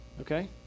okay